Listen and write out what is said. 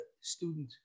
student